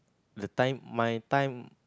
the time my time